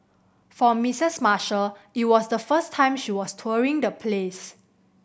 for Missus Marshall it was the first time she was touring the place